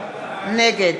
נגד